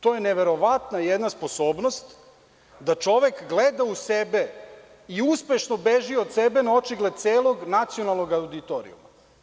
To je jedna neverovatna sposobnost da čovek gleda u sebe i uspešno beži od sebe, na očigled celog nacionalnog auditorijuma.